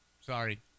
Sorry